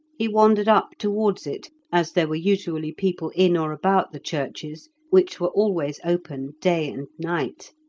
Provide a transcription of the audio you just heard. he wandered up towards it, as there were usually people in or about the churches, which were always open day and night.